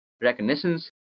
reconnaissance